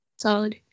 Solid